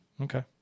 Okay